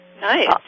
Nice